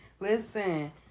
Listen